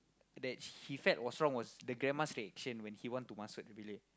that he felt was wrong the grandma's reaction when he want to masuk the bilik